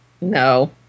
no